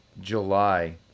July